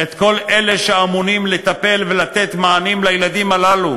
את כל אלה שאמונים לטפל ולתת מענים לילדים הללו.